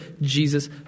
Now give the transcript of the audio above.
Jesus